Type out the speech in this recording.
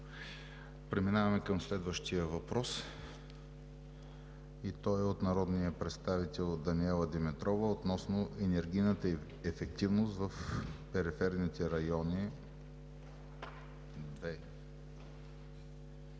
Преминаваме към следващия въпрос от народния представител Даниела Димитрова относно „Енергийна ефективност в периферните райони – 2“.